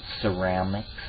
ceramics